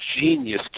genius